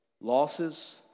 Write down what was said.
Losses